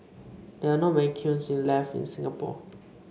there are not many kilns left in Singapore